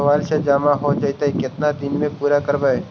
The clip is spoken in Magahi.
मोबाईल से जामा हो जैतय, केतना दिन में पुरा करबैय?